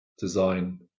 design